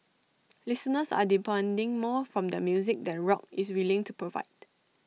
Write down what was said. listeners are demanding more from their music than rock is willing to provide